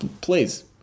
please